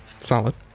Solid